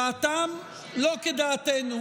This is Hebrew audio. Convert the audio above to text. דעתם לא כדעתנו.